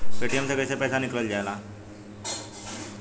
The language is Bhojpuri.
पेटीएम से कैसे पैसा निकलल जाला?